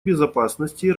безопасности